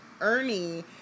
Ernie